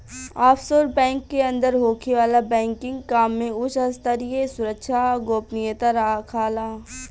offshore bank के अंदर होखे वाला बैंकिंग काम में उच स्तरीय सुरक्षा आ गोपनीयता राखाला